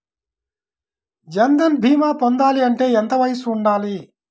జన్ధన్ భీమా పొందాలి అంటే ఎంత వయసు ఉండాలి?